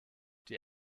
die